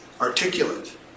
articulate